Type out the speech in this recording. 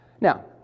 Now